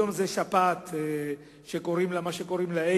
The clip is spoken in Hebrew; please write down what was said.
היום זו שפעת שקוראים לה מה שקוראים לה,